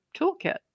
toolkit